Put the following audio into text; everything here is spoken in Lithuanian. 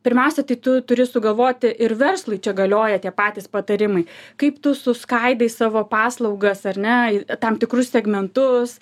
pirmiausia tai tu turi sugalvoti ir verslui čia galioja tie patys patarimai kaip tu suskaidai savo paslaugas ar ne į tam tikrus segmentus